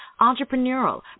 entrepreneurial